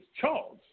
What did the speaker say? Charles